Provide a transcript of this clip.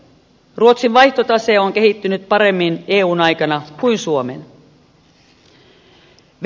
ruotsin vaihtotase on kehittynyt paremmin eun aikana kuin suomen